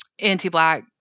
anti-black